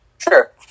Sure